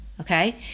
Okay